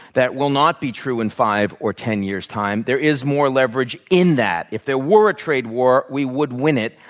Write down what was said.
that will not be true in five or ten years' time. there is more leverage in that. if there were a trade war, we would win it,